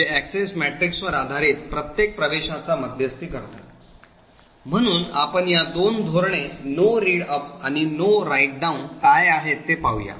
जे अॅक्सेस मॅट्रिक्सवर आधारित प्रत्येक प्रवेशाचा मध्यस्थी करतात म्हणून आपण या दोन धोरणे No Read Up आणि No Write down काय आहेत ते पाहूया